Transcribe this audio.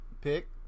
pick